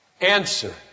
Answer